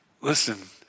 Listen